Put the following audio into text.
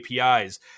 apis